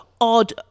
odd